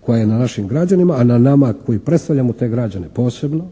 koja je na našim građanima, a na nama koji predstavljamo te građane posebno